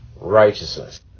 righteousness